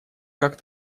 как